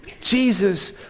Jesus